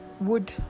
wood